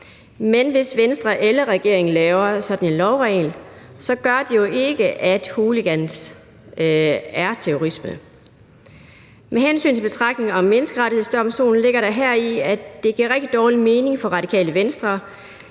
Men hvis Venstre eller regeringen laver sådan en lovregel, så gør det jo ikke, at hooliganisme er terrorisme. Med hensyn til betragtninger om Menneskerettighedsdomstolen ligger der heri, at det giver rigtig dårlig mening for Radikale Venstre,